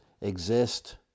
exist